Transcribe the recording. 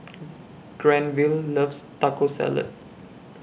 Granville loves Taco Salad